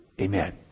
Amen